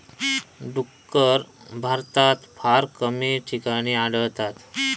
डुक्कर भारतात फार कमी ठिकाणी आढळतत